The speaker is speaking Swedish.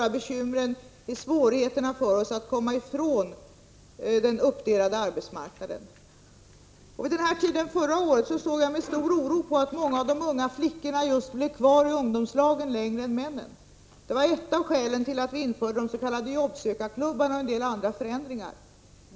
a. har vi svårigheter att komma ifrån den uppdelade arbetsmarknaden. Vid den här tiden förra året såg jag med stor oro på att många av de unga flickorna blev kvar i ungdomslagen längre än männen. Det var ett av skälen till att vi införde de s.k. jobbsökarklubbarna och en del andra förändringar.